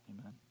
Amen